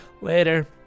later